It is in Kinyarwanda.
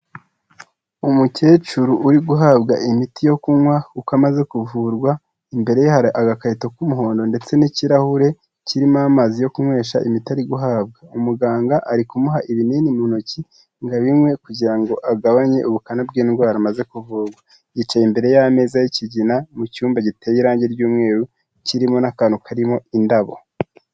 Umukecuru uri guhabwa imiti yo kunywa kuko amaze kuvurwa, imbere ye hari agakarito k'umuhondo ndetse n'ikirahure kirimo amazi yo kunywesha imiti ari guhabwa. Umuganga ari kumuha ibinini mu ntoki ngo abinywe kugira ngo agabanye ubukana bw'indwara amaze kuvurwa. Yicaye imbere y'ameza y'ikigina mu cyumba giteye irangi ry'umweru, kirimo n'akantu karimo indabo.